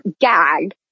gag